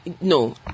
No